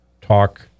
talk